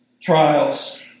Trials